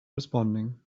responding